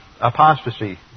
apostasy